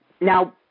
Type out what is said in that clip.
Now